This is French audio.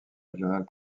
régionale